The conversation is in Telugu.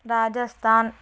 రాజస్థాన్